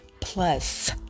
plus